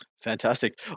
Fantastic